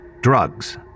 Drugs